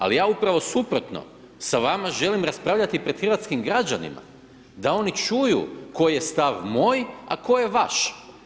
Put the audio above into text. Ali, ja upravo suprotno s vama želim raspravljati pred hrvatskim građanima, da oni čuju koji je stav moj, a koji je vaš.